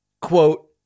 quote